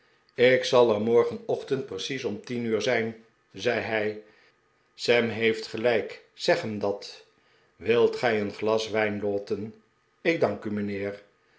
ik zal er morgenochtend precies om tien uur zijn zei hij sam heeft gelijkj zeg hem dat wilt gij een glas wijn lowten ik dank u mijnheer